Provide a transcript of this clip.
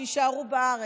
שיישארו בארץ,